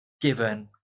given